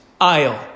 aisle